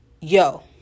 Yo